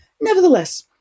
Nevertheless